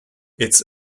its